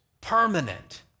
permanent